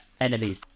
enemies